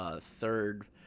third